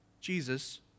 Jesus